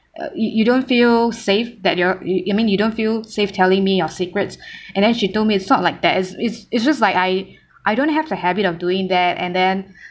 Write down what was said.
uh you don't feel safe that your you you mean you don't feel safe telling me your secrets and then she told me it's not like that it's it's it's just like I I don't have the habit of doing that and then